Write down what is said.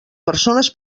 persones